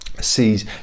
sees